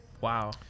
Wow